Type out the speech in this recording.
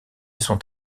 sont